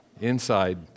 inside